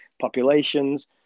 populations